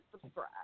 subscribe